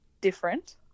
different